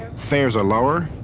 fares are lower,